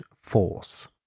force